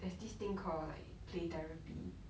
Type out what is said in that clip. there's this thing called like play therapy